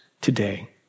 today